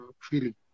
feeling